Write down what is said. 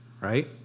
Right